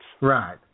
Right